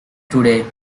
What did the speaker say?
today